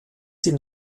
die